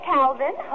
Calvin